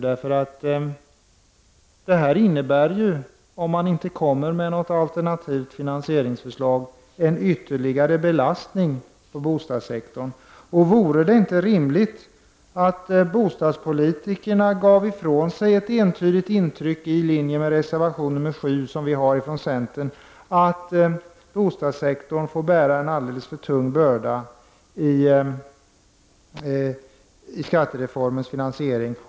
Om socialdemokraterna inte vill framlägga förslag om någon alternativ finansiering innebär ju det här en ytterligare belastning på bostadssektorn. Vore det dessutom inte rimligt att bostadspolitikerna lämnade ett entydigt intryck i enlighet med reservation 7 från centern, som handlar om att bostadssektorn får bära en alldels för tung börda i samband med finansieringen av skattereformen?